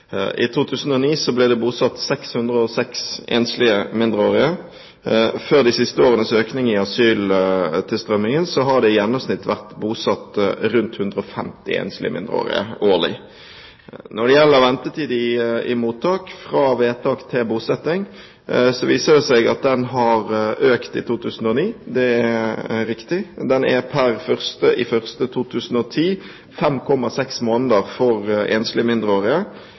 I 2009 ble det bosatt 606 enslige mindreårige. Før de siste årenes økning i asyltilstrømningen har det i gjennomsnitt vært bosatt rundt 150 enslige mindreårige årlig. Når det gjelder ventetid i mottak, fra vedtak til bosetting, viser det seg at den har økt i 2009 – det er riktig – den er pr. 1. januar 2010 5,6 måneder for enslige mindreårige.